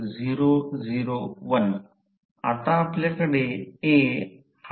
तर अशा परिस्थितीत आदर्श रोहित्रासाठी नियमन 0 असते